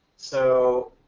so,